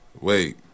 wait